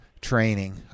training